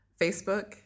Facebook